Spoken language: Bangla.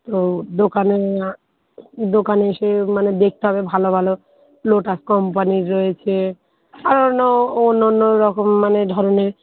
তো দোকানে আ দোকানে এসে মানে দেখতে হবে ভালো ভালো লোটাস কোম্পানির রয়েছে আরও নো অন্য অন্য রকম মানে ধরনের